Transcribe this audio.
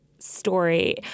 story